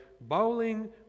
bowling